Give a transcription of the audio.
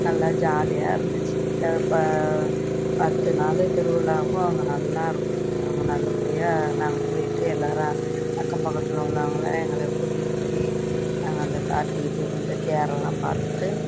நல்லா ஜாலியாக இருந்துச்சு த இப்போ பத்து நாள் திருவிழாங்குவோம் அங்கே நல்லா இருக்கும் அங்கே நல்லபடியாக நாங்கள் போய்விட்டு எல்லாேரும் அக்கம் பக்கத்தில் உள்ளவங்கள்லாம் எங்களை கூட்டிகிட்டு போய் நாங்கள் அந்த கார்த்திகை தீபம் அந்த தேரெல்லாம் பார்த்துட்டு